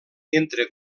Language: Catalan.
entre